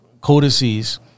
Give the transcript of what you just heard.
codices